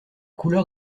couleur